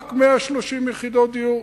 רק 130 יחידות דיור,